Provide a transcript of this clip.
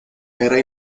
era